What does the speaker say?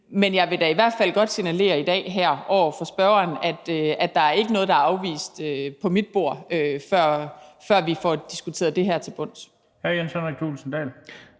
men jeg vil da i hvert fald godt signalere i dag her over for spørgeren, at der ikke er noget, der bliver afvist på mit bord, før vi får diskuteret det her til bunds.